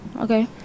Okay